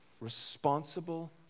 Responsible